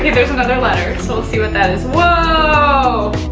there's another letter. so let's see what that is. whoa.